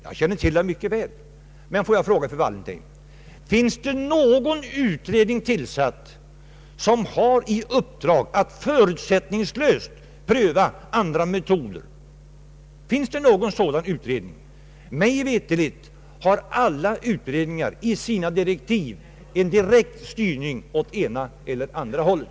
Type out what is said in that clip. Jag känner mycket väl till dem, men låt mig fråga fru Wallentheim: Finns det någon utredning tillsatt som har i uppdrag att förutsättningslöst pröva andra metoder? Mig veterligt har alla utredningar i sina direktiv en direkt styrning åt ena eller andra hållet.